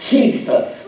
Jesus